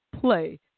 play